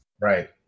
Right